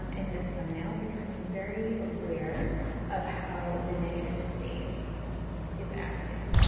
um in this thumbnail becoming very aware of how the negative space is acting.